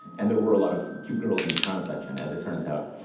and there were a lot of cute girls in the soprano section, as it turns out.